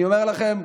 אני אומר לכם,